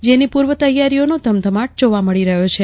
જેની પૂર્વતૈયારીઓનો ધમધમત જોવા મળી રહ્યો છે